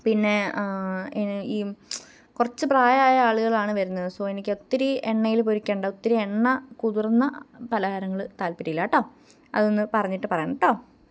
പിന്നെ ഈ കുറച്ച് പ്രായമായ ആളുകളാണ് വരുന്നത് സൊ എനിക്കൊത്തിരി എണ്ണയിൽ പൊരിക്കണ്ട ഒത്തിരി എണ്ണ കുതിർന്ന പലഹാരങ്ങൾ താൽപ്പര്യവില്ലാട്ടൊ അതൊന്ന് പറഞ്ഞിട്ട് പറയണെട്ടൊ